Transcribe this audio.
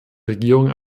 regierung